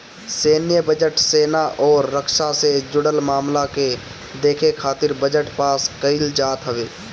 सैन्य बजट, सेना अउरी रक्षा से जुड़ल मामला के देखे खातिर बजट पास कईल जात हवे